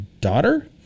daughter